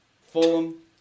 Fulham